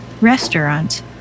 restaurants